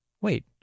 Wait